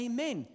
Amen